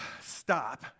Stop